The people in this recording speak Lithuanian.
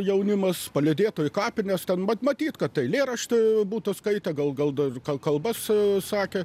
jaunimas palydėtų į kapines ten pat matyt kad eilėraštį būtų skaitę gal gal ten kalbas sakę